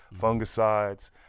fungicides